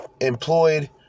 employed